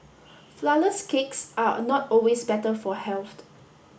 flourless cakes are not always better for health